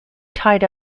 tied